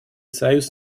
союз